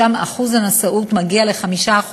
ששם אחוז הנשאות מגיע ל-5%,